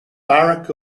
barack